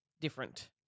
different